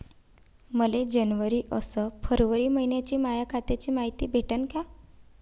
मले जनवरी अस फरवरी मइन्याची माया खात्याची मायती भेटन का?